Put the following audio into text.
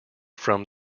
from